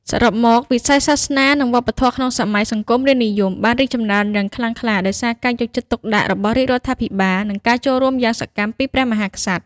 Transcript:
សរុបមក វិស័យសាសនា និងវប្បធម៌ក្នុងសម័យសង្គមរាស្ត្រនិយម បានរីកចម្រើនយ៉ាងខ្លាំងក្លា ដោយសារការយកចិត្តទុកដាក់របស់រាជរដ្ឋាភិបាល និងការចូលរួមយ៉ាងសកម្មពីព្រះមហាក្សត្រ។